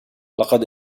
لقد